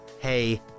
hey